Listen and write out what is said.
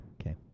Okay